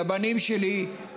לבנים שלי,